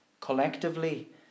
collectively